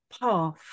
path